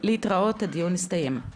להתראות, הדיון הסתיים.